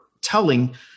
telling